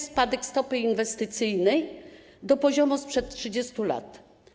Spadek stopy inwestycyjnej do poziomu sprzed 30 lat.